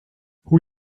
who